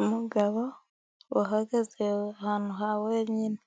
Umugabo uhagaze ahantu hawenyine